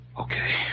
Okay